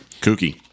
kooky